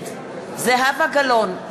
נגד זהבה גלאון,